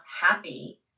happy